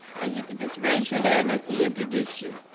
and you can just raise your hand as he introduce you.